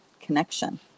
connection